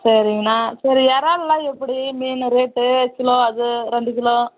சரிங்கண்ணா சரி இறால்லாம் எப்படி மீன் ரேட்டு கிலோ அது ரெண்டு கிலோ